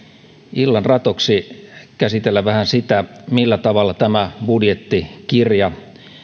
illan ratoksi käsitellä vähän sitä millä tavalla tämä budjettikirja tai